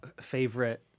Favorite